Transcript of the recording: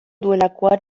duelakoan